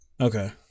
Okay